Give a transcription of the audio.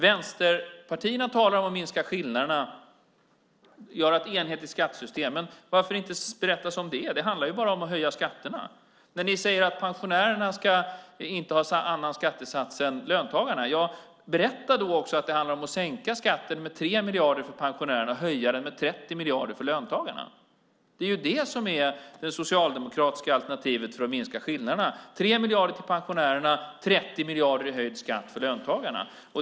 Vänsterpartierna talar om att minska skillnaderna och göra ett enhetligt skattesystem, men varför inte berätta som det är? Det handlar ju bara om att höja skatterna. När ni säger att pensionärerna inte ska ha en annan skattesats än löntagarna, berätta då också att det handlar om att sänka skatten med 3 miljarder för pensionärerna och höja den med 30 miljarder för löntagarna. Det är ju det som är det socialdemokratiska alternativet för att minska skillnaderna - 3 miljarder till pensionärerna och 30 miljarder i höjd skatt för löntagarna.